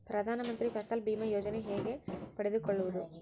ಪ್ರಧಾನ ಮಂತ್ರಿ ಫಸಲ್ ಭೇಮಾ ಯೋಜನೆ ಹೆಂಗೆ ಪಡೆದುಕೊಳ್ಳುವುದು?